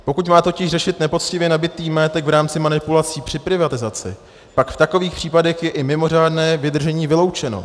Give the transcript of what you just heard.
Pokud má totiž řešit nepoctivě nabytý majetek v rámci manipulací při privatizaci, pak v takových případech je i mimořádné vydržení vyloučeno.